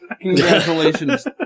Congratulations